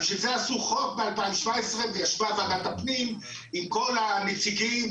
אז בשביל זה עשו חוק ב-2017 וישבה ועדת הפנים עם כל הנציגים,